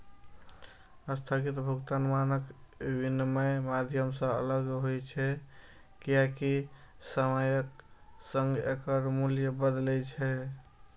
स्थगित भुगतान मानक विनमय माध्यम सं अलग होइ छै, कियैकि समयक संग एकर मूल्य बदलै छै